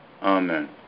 Amen